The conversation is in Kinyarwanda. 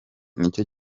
nicyo